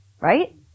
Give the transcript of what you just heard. right